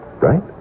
Right